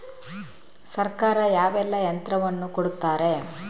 ಸರ್ಕಾರ ಯಾವೆಲ್ಲಾ ಯಂತ್ರವನ್ನು ಕೊಡುತ್ತಾರೆ?